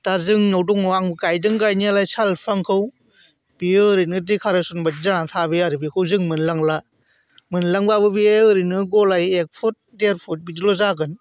दा जोंनाव दङ आं गायदों गायनायालाय साल बिफांखौ बियो ओरैनो डेक'रेसन बायदि जानानै थाबाय आरो बेखौ जों मोनलांला मोनलांब्लाबो बे ओरैनो गलाय एक फुट देर फुट बिदिल' जागोन